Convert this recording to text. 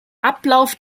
ablauf